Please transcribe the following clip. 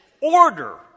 order